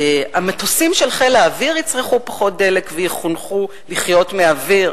המטוסים של חיל האוויר יצרכו פחות דלק ויחונכו לחיות מהאוויר,